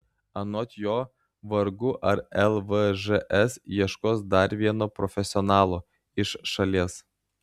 anot jo vargu ar lvžs ieškos dar vieno profesionalo iš šalies